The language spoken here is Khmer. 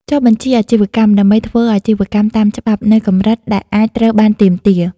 ចុះបញ្ជីអាជីវកម្ម ដើម្បីធ្វើអាជីវកម្មតាមច្បាប់ នៅកម្រិតដែលអាចត្រូវបានទាមទារ។